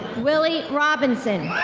willie robinson.